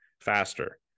faster